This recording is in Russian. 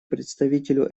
представителю